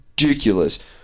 ridiculous